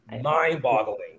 mind-boggling